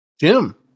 Jim